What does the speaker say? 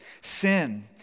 Sin